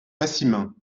passim